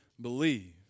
believe